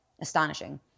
Astonishing